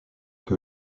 que